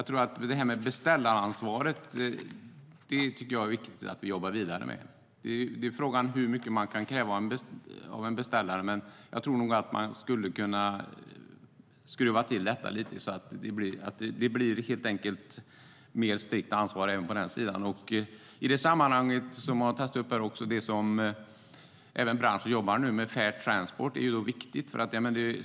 När det gäller beställaransvaret är det viktigt att vi jobbar vidare med det. Frågan är hur mycket man kan kräva av en beställare. Jag tror att man skulle kunna skruva till det lite så att det helt enkelt blev ett mer strikt ansvar även på den sidan. Det som branschen nu jobbar med, Fair Transport, är viktigt.